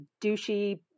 douchey